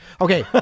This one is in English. Okay